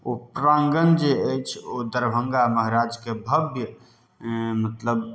ओ प्रांगण जे अछि ओ दरभङ्गा महराजके भव्य मतलब